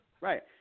Right